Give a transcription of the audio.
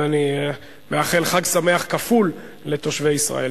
ואני מאחל חג שמח כפול לתושבי ישראל.